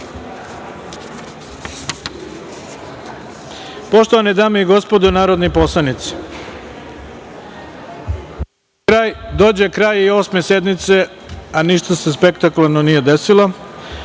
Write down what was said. period. Poštovane dame i gospodo narodni poslanici, dođe kraj i Osme sednice, a ništa se spektakularno nije desilo. Pre